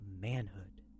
manhood